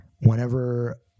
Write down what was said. whenever